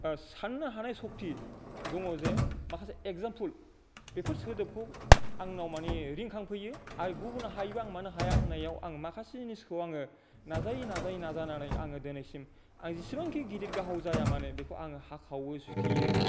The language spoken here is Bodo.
साननो हानाय सक्ति दङ जे माखासे एग्जामपोल बेफोर सोदोबखौ आंनाव माने रिंखां फैयो आरो गुबुना हायोबा आं मानो हाया होननायाव माखासे जिनिसखौ आङो नाजायै नाजायै नाजानानै आङो दिनैसिम आं जेसेबांखि गेदेर गोलाव जाया मानो बेखौ हाखावो सुथेयो